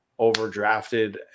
overdrafted